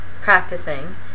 practicing